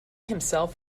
himself